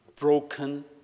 broken